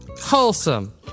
wholesome